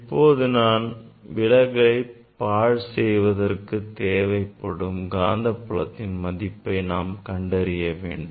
இப்போது நான் விலகலை பாழ் செய்வதற்கு தேவைப்படும் காந்தப்புலத்தின் மதிப்பை நாம் கண்டறியவேண்டும்